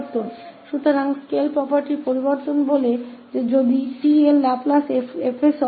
तो change of scale property है कहता है कि यदि 𝑓𝑡 का लाप्लास 𝐹𝑠 है